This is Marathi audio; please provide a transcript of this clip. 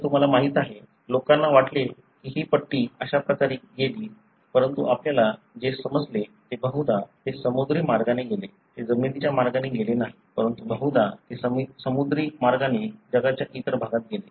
हे तुम्हाला माहीत आहे लोकांना वाटले की ही पट्टी अशा प्रकारे गेली परंतु आपल्याला जे समजले ते बहुधा ते समुद्री मार्गाने गेले ते जमिनीच्या मार्गाने गेले नाहीत परंतु बहुधा ते समुद्री मार्गाने जगाच्या इतर भागात गेले